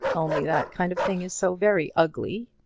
only that kind of thing is so very ugly.